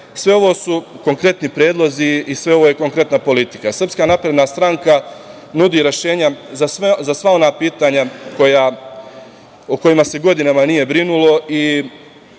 sve ovo su konkretni predlozi i sve ovo je konkretna politika. Srpska napredna stranka nudi rešenja za sva ona pitanja o kojima se godinama nije brinulo i